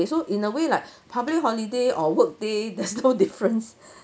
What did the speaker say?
so in a way like public holiday or work day there's no difference